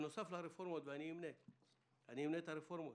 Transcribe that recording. אמנה את הרפורמות: